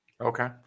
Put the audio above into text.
Okay